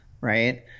right